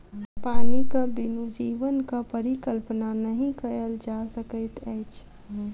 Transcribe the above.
पानिक बिनु जीवनक परिकल्पना नहि कयल जा सकैत अछि